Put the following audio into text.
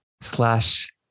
slash